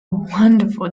wonderful